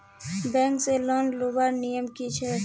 Bank से loan लुबार नियम की छे?